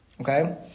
Okay